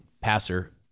passer